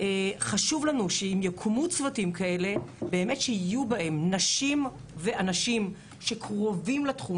חשוב לנו שאם יוקמו צוותים כאלה שיהיו בהם נשים ואנשים שקרובים בתחום